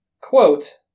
quote